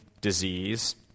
disease